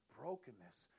brokenness